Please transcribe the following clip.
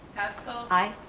hessel. i.